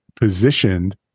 positioned